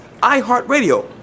iHeartRadio